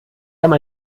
haben